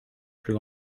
plus